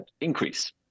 increase